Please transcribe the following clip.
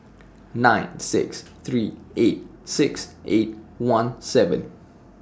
nine six three eight six eight one seven